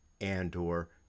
Andor